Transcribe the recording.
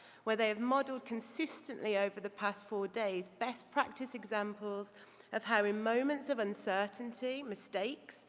where they've modeled consistently over the past four days best practice examples of how in moments of uncertainty, mistakes,